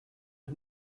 was